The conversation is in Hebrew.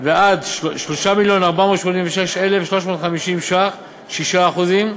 ועד 3 מיליון ו-486,350 ש"ח, 6%;